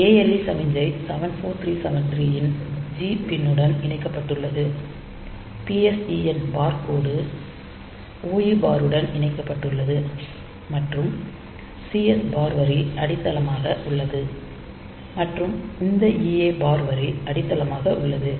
ALE சமிக்ஞை 74373 ன் g பின் உடன் இணைக்கப்பட்டுள்ளது PSEN பார் கோடு OE பார் உடன் இணைக்கப்பட்டுள்ளது மற்றும் CS பார் வரி அடித்தளமாக உள்ளது மற்றும் இந்த EA பார் வரி அடித்தளமாக உள்ளது